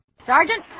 Sergeant